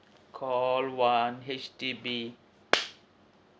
call one H_D_B